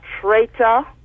traitor